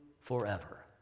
forever